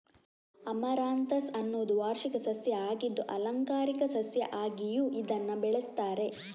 amaranthus ಅನ್ನುದು ವಾರ್ಷಿಕ ಸಸ್ಯ ಆಗಿದ್ದು ಆಲಂಕಾರಿಕ ಸಸ್ಯ ಆಗಿಯೂ ಇದನ್ನ ಬೆಳೆಸ್ತಾರೆ